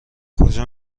کجا